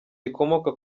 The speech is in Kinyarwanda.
rikomoka